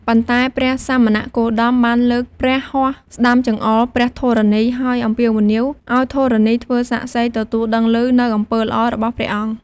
ប៉ុន្តែព្រះសមណគោតមបានលើកព្រះហស្តស្តាំចង្អុលព្រះធរណី ហើយអំពាវនាវឲ្យធរណីធ្វើសាក្សីទទួលដឹងឮនូវអំពើល្អរបស់ព្រះអង្គ។